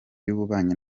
y’ububanyi